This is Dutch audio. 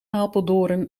apeldoorn